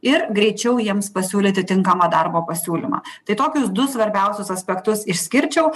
ir greičiau jiems pasiūlyti tinkamą darbo pasiūlymą tai tokius du svarbiausius aspektus išskirčiau